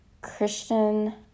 Christian